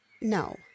No